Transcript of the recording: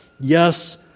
Yes